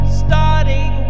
starting